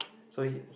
so HE